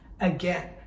again